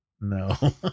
no